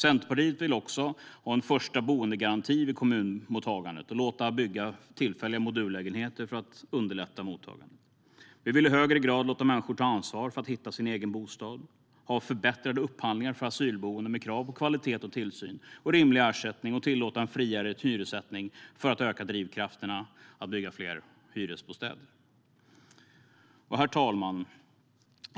Centerpartiet vill också ha en första-boende-garanti vid kommunmottagandet och låta bygga tillfälliga modullägenheter för att underlätta mottagandet. Vi vill i högre grad låta människor ta ansvar för att hitta en egen bostad, ha förbättrade upphandlingar för asylboenden med krav på kvalitet och tillsyn, rimlig ersättning och tillåta en friare hyressättning för att öka drivkrafterna att bygga fler hyresbostäder. Herr talman!